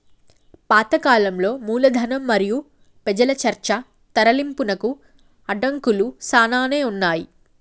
పాత కాలంలో మూలధనం మరియు పెజల చర్చ తరలింపునకు అడంకులు సానానే ఉన్నాయి